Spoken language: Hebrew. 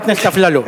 חבר הכנסת אפללו.